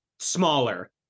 smaller